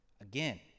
again